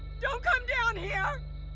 don't come down here.